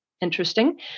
interesting